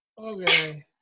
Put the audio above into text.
Okay